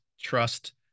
trust